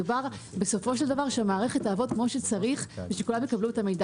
מדובר שהמערכת תעבוד כמו שצריך ושכולם יקבלו את המידע.